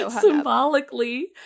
symbolically